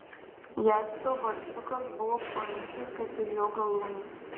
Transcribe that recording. jaspio balsiukas buvo plonytis kaip ir jo galūnės